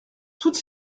toutes